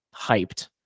hyped